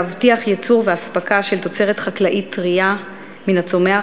להבטיח ייצור ואספקה של תוצרת חקלאית טרייה מן הצומח,